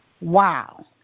wow